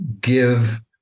give